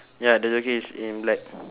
ya the jockey is in black